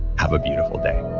have a beautiful day